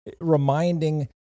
reminding